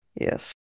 Yes